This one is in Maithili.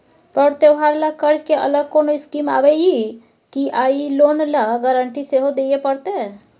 पर्व त्योहार ल कर्ज के अलग कोनो स्कीम आबै इ की आ इ लोन ल गारंटी सेहो दिए परतै?